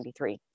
1993